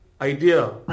idea